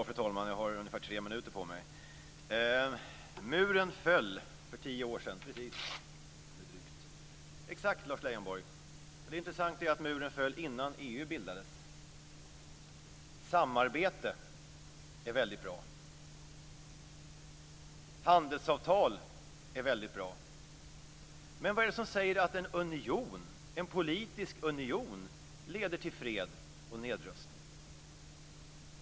Fru talman! Muren föll för drygt tio år sedan. Exakt så är det, Lars Leijonborg. Det intressanta är att muren föll innan EMU bildades. Samarbete är väldigt bra. Handelsavtal är väldigt bra. Men vad är det som säger att en politisk union leder till fred och nedrustning?